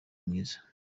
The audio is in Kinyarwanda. mwiza